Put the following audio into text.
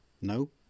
No